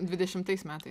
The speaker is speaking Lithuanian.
dvidešimtais metai